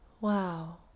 Wow